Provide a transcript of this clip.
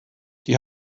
die